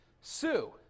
Sue